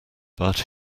but